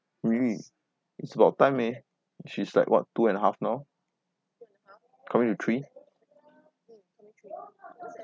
really it's about time eh she's like what two and a half now coming to three